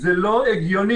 זה לא הגיוני.